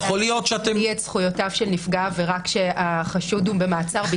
להביא את זכויותיו של נפגע העבירה כשהחשוד במעצר,